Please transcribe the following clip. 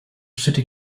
city